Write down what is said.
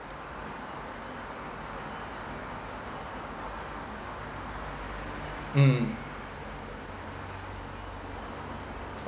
mm